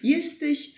Jesteś